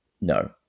No